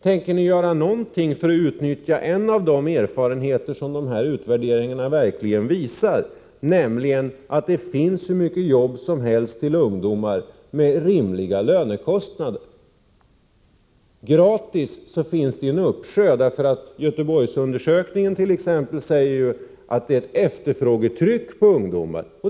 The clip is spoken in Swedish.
Tänker ni göra någonting för att utnyttja en av de erfarenheter som de här utvärderingarna ger, nämligen att det finns hur mycket jobb som helst till ungdomar med rimliga lönekrav? Gratis finns det ju en uppsjö av jobb. Göteborgsundersökningen visar t.ex. att det finns ett efterfrågetryck när det gäller ungdomar.